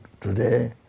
today